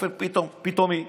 באופן פתאומי,